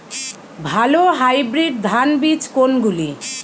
ভালো হাইব্রিড ধান বীজ কোনগুলি?